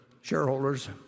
shareholders